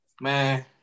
Man